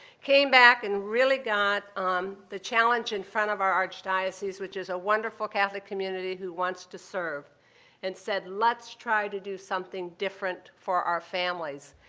came back and really got um the challenge in front of our archdiocese, which is a wonderful catholic community who wants to serve and said let's try to do something different for our families.